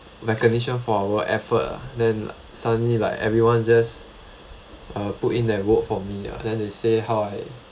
recognition for our effort then suddenly like everyone just uh put in their word for me ah then they say how I